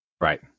Right